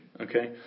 Okay